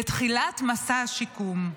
בתחילת מסע השיקום.